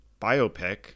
biopic